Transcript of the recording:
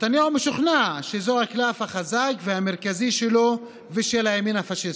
נתניהו משוכנע שזה הקלף החזק והמרכזי שלו ושל הימין הפשיסטי.